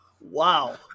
Wow